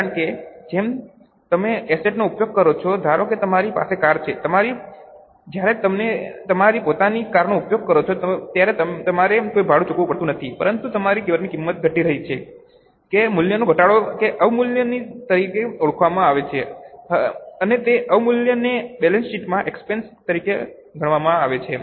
કારણ કે જેમ તમે એસેટનો ઉપયોગ કરો છો ધારો કે તમારી પાસે કાર છે જ્યારે તમે તમારી પોતાની કારનો ઉપયોગ કરો છો ત્યારે તમારે કોઈ ભાડું ચૂકવવું પડતું નથી પરંતુ તમારી કારની કિંમત ઘટી રહી છે કે મૂલ્યમાં ઘટાડો એ અવમૂલ્યન તરીકે ઓળખાય છે અને તે અવમૂલ્યનને બેલેન્સ શીટમાં એક્સપેન્સ તરીકે ગણવામાં આવે છે